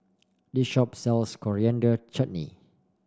this shop sells Coriander Chutney